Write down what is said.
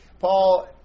Paul